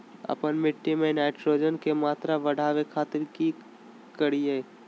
आपन मिट्टी में नाइट्रोजन के मात्रा बढ़ावे खातिर की करिय?